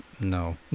no